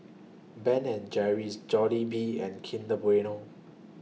Ben and Jerry's Jollibean and Kinder Bueno